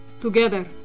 Together